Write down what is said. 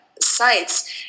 sites